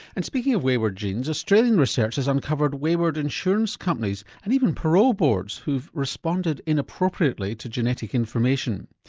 and speaking of wayward genes, australian research has uncovered wayward insurance companies and even parole boards who have responded inappropriately to genetic information.